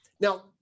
Now